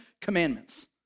commandments